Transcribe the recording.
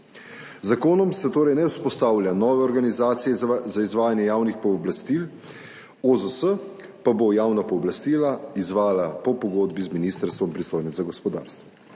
zakonom se torej ne vzpostavlja nove organizacije za izvajanje javnih pooblastil, OZS pa bo javna pooblastila izvajala po pogodbi z ministrstvom, pristojnim za gospodarstvo.